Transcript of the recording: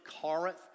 Corinth